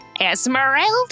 Esmeralda